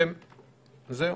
זהו.